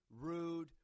Rude